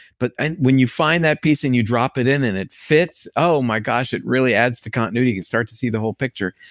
but and when you find that piece and you drop it in and it fits, oh my gosh, it really adds to continuity and you start to see the whole picture.